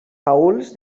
paüls